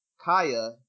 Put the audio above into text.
Kaya